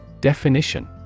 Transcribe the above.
Definition